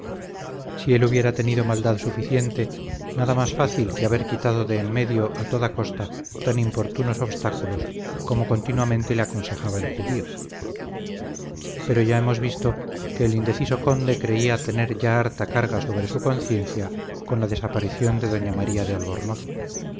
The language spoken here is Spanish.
si él hubiera tenido maldad suficiente nada más fácil que haber quitado de en medio a toda costa tan